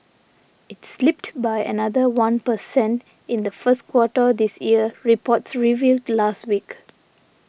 it slipped by another one per cent in the first quarter this year reports revealed last week